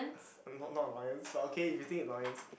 not not annoyance but okay if you think is annoyance